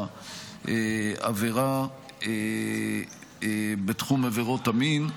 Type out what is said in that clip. העבירה בתחום עבירות המין.